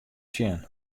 sjen